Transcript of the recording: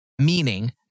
meaning